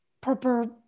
proper